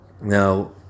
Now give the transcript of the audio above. Now